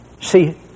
See